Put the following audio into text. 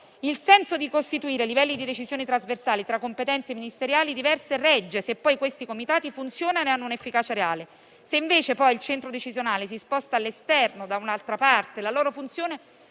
Il senso di costituire livelli di decisione trasversali tra competenze ministeriali diverse regge, se poi questi comitati funzionano e hanno un'efficacia reale. Se invece il centro decisionale si sposta all'esterno, da un'altra parte, la loro funzione